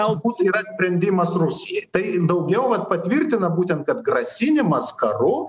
galbūt yra sprendimas rusijai tai daugiau va patvirtina būtent kad grasinimas karu